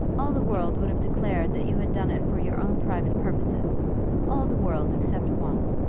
all the world would have declared that you had done it for your own private purposes all the world, except one.